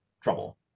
trouble